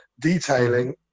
detailing